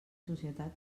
societat